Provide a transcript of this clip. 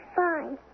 fine